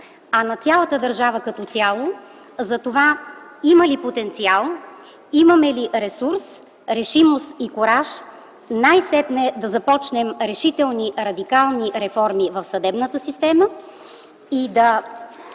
а на цялата държава като цяло за това има ли потенциал, имаме ли ресурс, решимост и кураж най-сетне да започнем решителни, радикални реформи в съдебната система и да